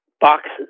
boxes